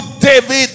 David